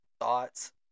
thoughts